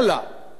מצד שני,